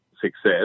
success